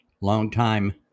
longtime